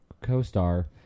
co-star